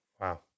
Wow